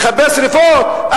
מכבה שרפות,